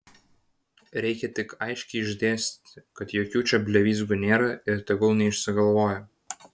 reikia tik aiškiai išdėstyti kad jokių čia blevyzgų nėra ir tegul neišsigalvoja